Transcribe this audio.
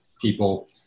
people